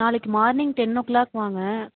நாளைக்கு morning ten o'clock வாங்க